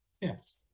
Yes